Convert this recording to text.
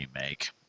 remake